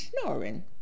snoring